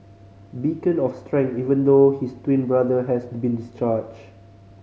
beacon of strength even though his twin brother has been discharged